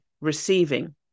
receiving